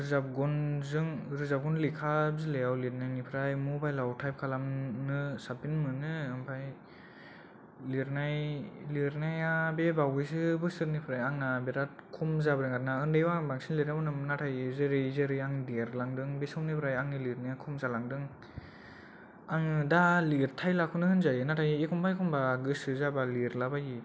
रेबगनजों रेबगन लेखा बिलाइयाव लिरनायनिफ्राय मबाइलाव टाइप खालामनो साबसिन मोनो लिरनाय लिरनाया बे बावैसो बोसोरनिफ्राय आंना बिराद खम जाबादों आरो ना उन्दैयाव आं बांसिन लिरोमोन नाथाय जेरै जेरै आं देरलांदों बे समनिफ्राय आंनि लिरनाया खम जालांदों आङो दा लिरथायलाखौनो होनजायो नाथाय एखम्बा गोसो जाबा लिरलाबायो